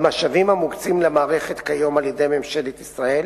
במשאבים המוקצים למערכת כיום על-ידי ממשלת ישראל,